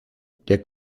der